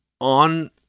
on